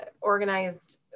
organized